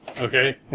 Okay